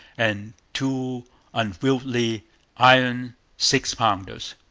and two unwieldy iron six-pounders.